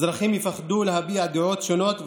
אזרחים יפחדו להביע דעות שונות,